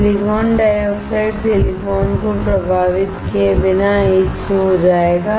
silicon dioxide silicon को प्रभावित किए बिना etched हो जाएगा